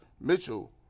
Mitchell